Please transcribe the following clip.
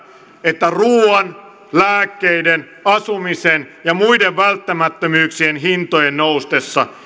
että ruuan lääkkeiden asumisen ja muiden välttämättömyyksien hintojen noustessa